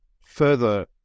further